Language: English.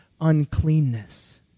uncleanness